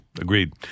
Agreed